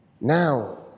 Now